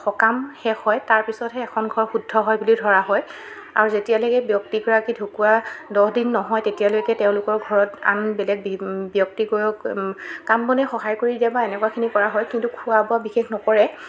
সকাম শেষ হয় তাৰ পিছতহে এখন ঘৰ শুদ্ধ হয় বুলি ধৰা হয় আৰু যেতিয়ালৈকে ব্যক্তিগৰাকী ঢুকুৱা দহদিন নহয় তেতিয়ালৈকে তেওঁলোকৰ ঘৰত আন বেলেগ বি ব্যক্তি গৈয়ো কাম বনে সহায় কৰি দিয়ে বা এনেকুৱাখিনি কৰা হয় কিন্তু খোৱা বোৱা বিশেষ নকৰে